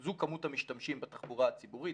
זו כמות המשתמשים בתחבורה הציבורית,